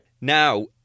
now